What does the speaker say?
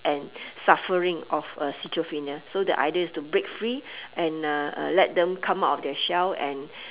and suffering of a schizophrenia so the idea is to break free and uh uh let them come out of their shell and